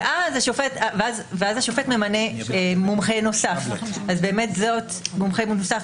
ואז השופט ממנה מומחה נוסף מטעמו,